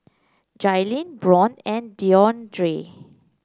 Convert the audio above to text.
Jailyn Byron and Deondre